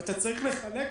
ואתה צריך לחלק אותם.